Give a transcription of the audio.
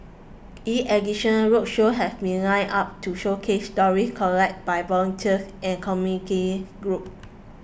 in addition roadshows have been lined up to showcase stories collected by volunteers and community groups